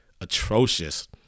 atrocious